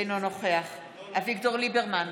אינו נוכח אביגדור ליברמן,